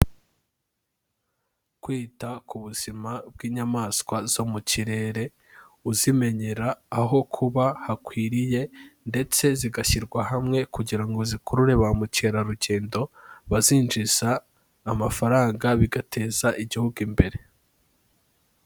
Kwita ku buzima bw'inyamaswa zo mu kirere, uzimenyera aho kuba hakwiriye ndetse zigashyirwa hamwe kugira ngo zikurure ba mukerarugendo bazinjiza amafaranga bigateza igihugu imbere.